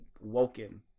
Woken